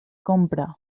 compra